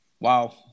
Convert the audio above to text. Wow